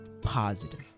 positive